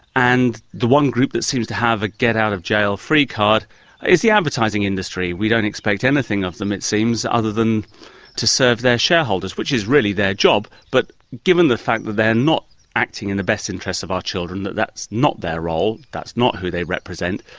and the one group that seems to have a get-out-of-jail-free card is the advertising industry. we don't expect anything of them, it seems, other than to serve their shareholders, which is really their job, but given the fact that they are not acting in the best interests of our children, that that's not their role, that's not who they represent,